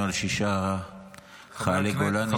על שישה חיילי גולני שנהרגו היום.